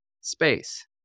space